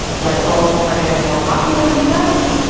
light bulbs are getting more popular in the u s.